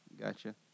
Gotcha